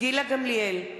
גילה גמליאל,